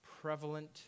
prevalent